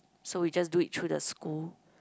so we just do it through the school